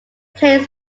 plays